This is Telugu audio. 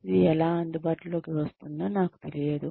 ఇది ఎలా అందుబాటులోకి వస్తుందో నాకు తెలియదు